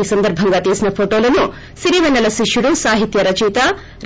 ఈ సందర్భంగా తీసిన ఫొటోలను సిరివెన్నెల శిష్యుడు సాహిత్య రచయిత